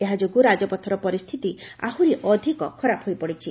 ଏହାଯୋଗୁଁ ରାଜପଥର ପରିସ୍ଥିତି ଆହୁରି ଅଧିକ ଖରାପ ହୋଇପଡ଼ିଛି